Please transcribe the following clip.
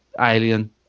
Alien